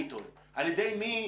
על יד מי,